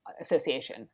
association